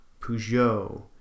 Peugeot